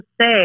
say